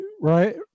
right